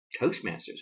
Toastmasters